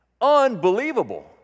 Unbelievable